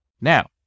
Now